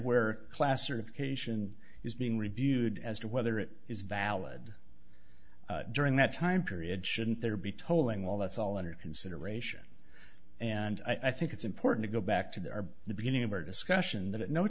where class or cation is being reviewed as to whether it is valid during that time period shouldn't there be towing while that's all under consideration and i think it's important to go back to the are the beginning of our discussion that no